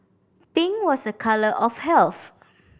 pink was a colour of health